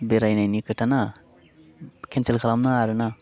बेरायनायनि खोथा ना केनसेल खालाम नाङा आरोना